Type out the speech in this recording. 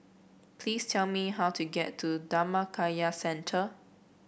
please tell me how to get to Dhammakaya Centre